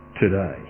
today